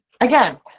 Again